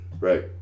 Right